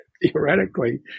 Theoretically